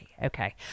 Okay